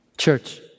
Church